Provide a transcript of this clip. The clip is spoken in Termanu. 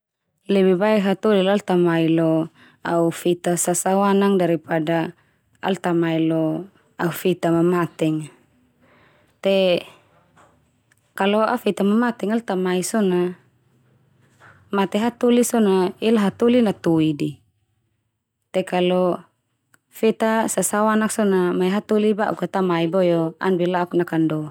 Lebih baik hatoli la al ta mai lo au feta sasaoanang daripada al ta mai lo au feta mamateng a. Te kalau au feta mamateng a al ta mai so na, mate hatoli so na ela hatoli natoi de. Te kalau feta sasaoanak so na, mae hatoli ba'uk ka ta mai boe o an la'ok nakando.